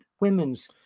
women's